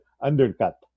undercut